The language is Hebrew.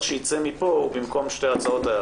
שייצא מפה הוא במקום שתי ההצעות האלה.